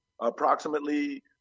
approximately